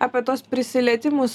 apie tuos prisilietimus